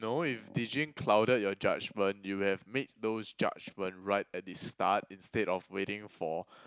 no if De-Jing clouded your judgement you would have made those judgement right at the start instead of waiting for